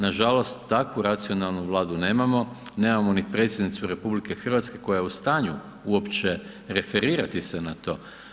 Nažalost, takvu racionalnu Vladu nemamo, nemamo ni predsjednicu RH koja je u stanju uopće referirati se na to.